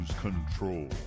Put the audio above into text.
Control